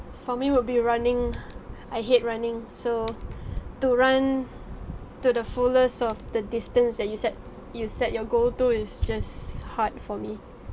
for me would be running I hate running so to run to the fullness of the distance that you set you set your goal to it's just hard for me